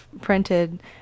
printed